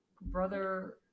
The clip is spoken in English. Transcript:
brother